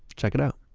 check it out